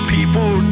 People